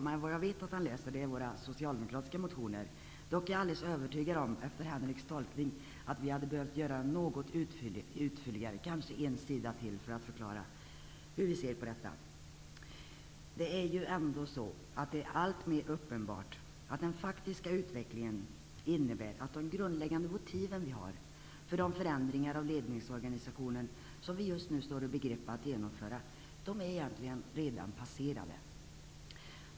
Något som jag vet att han läser är våra socialdemokratiska motioner. Jag är dock alldeles övertygad om, efter Henrik Landerholms tolkning, att vi borde ha gjort den ändå fylligare för att förklara hur vi ser på detta. Det är alltmer uppenbart att den faktiska utvecklingen innebär att de grundläggande motiv vi har för de förändringar av ledningsorganisationen vi just nu står i begrepp att genomföra redan är passerade.